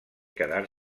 quedar